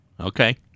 Okay